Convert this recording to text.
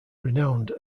renowned